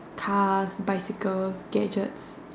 cars bicycles gadgets